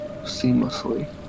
seamlessly